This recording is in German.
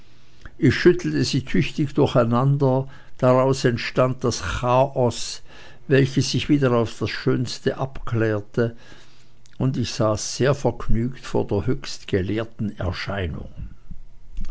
ich schüttelte sie tüchtig durcheinander daraus entstand das chaos welches sich wieder aufs schönste abklärte und ich saß sehr vergnügt vor der höchst gelehrten erscheinung